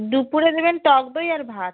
দুপুরে দেবেন টক দই আর ভাত